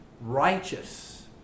righteous